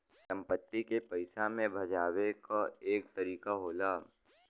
संपत्ति के पइसा मे भजावे क एक तरीका होला